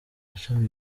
mashami